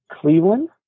Cleveland